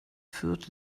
fürth